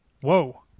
Whoa